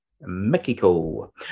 mexico